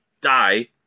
Die